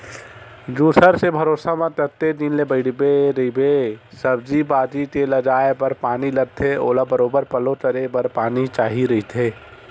दूसर के भरोसा म कतेक दिन ले बइठे रहिबे, सब्जी भाजी के लगाये बर पानी लगथे ओला बरोबर पल्लो करे बर पानी चाही रहिथे